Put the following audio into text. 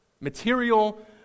material